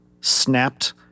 snapped